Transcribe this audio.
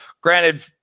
granted